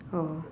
oh